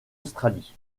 australie